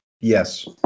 Yes